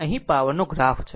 અહીં power graph છે